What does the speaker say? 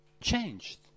changed